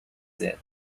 said